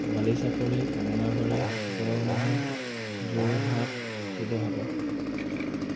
Balichapori Kamalabari Garmur Jorhat Sivasagar